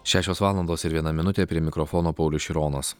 šešios valandos ir viena minutė prie mikrofono paulius šironas